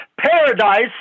Paradise